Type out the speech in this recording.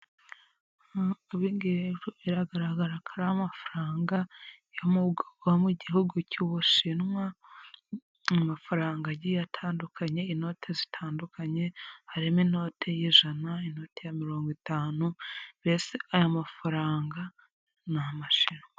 Biragaragara ko ari amafaranga yo mu gihugu cy'Ubushinwa, mu mafaranga agiye atandukanye, inote zitandukanye, harimo inote y'ijana, inote ya mirongo itanu, mbese aya mafaranga ni Amashinwa.